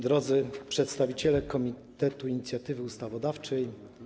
Drodzy Przedstawiciele Komitetu Inicjatywy Ustawodawczej!